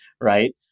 right